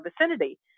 vicinity